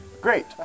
Great